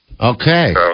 Okay